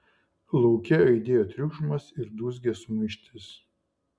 lauke aidėjo triukšmas ir dūzgė sumaištis